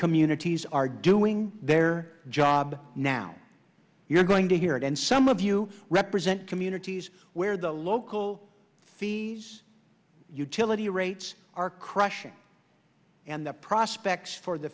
communities are doing their job now you're going to hear it and some of you represent communities where the local fees utility rates are crushing and the prospects for the